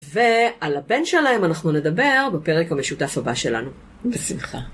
ועל הבן שלהם אנחנו נדבר בפרק המשותף הבא שלנו. בשמחה.